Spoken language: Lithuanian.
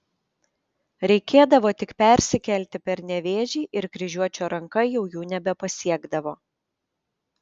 reikėdavo tik persikelti per nevėžį ir kryžiuočio ranka jau jų nebepasiekdavo